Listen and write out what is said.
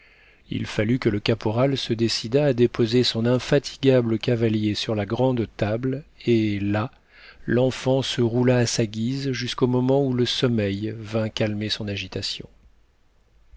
il fallut que le caporal se décidât à déposer son infatigable cavalier sur la grande table et là l'enfant se roula à sa guise jusqu'au moment où le sommeil vint calmer son agitation